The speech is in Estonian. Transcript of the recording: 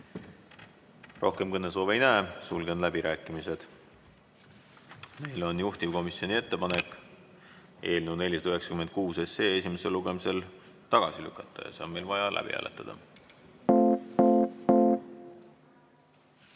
Rohkem kõnesoove ei näe. Sulgen läbirääkimised. Meil on juhtivkomisjoni ettepanek eelnõu 496 esimesel lugemisel tagasi lükata ja see on meil vaja läbi hääletada.